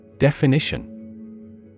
Definition